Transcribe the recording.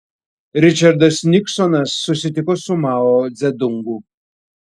ričardas niksonas susitiko su mao dzedungu